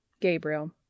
Gabriel